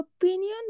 opinion